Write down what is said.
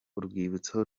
urwibutso